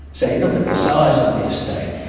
so you look at the size of the estate,